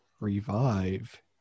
revive